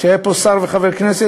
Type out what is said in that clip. שהיה פה שר וחבר כנסת,